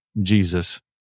Jesus